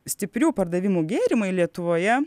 stiprių pardavimų gėrimai lietuvoje